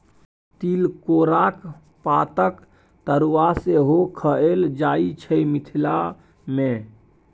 तिलकोराक पातक तरुआ सेहो खएल जाइ छै मिथिला मे